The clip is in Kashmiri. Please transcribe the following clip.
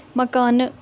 مکانہٕ